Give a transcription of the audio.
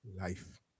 life